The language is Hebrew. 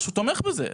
שהוא תומך בזה.